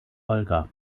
olga